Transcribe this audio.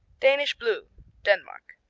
danish blue denmark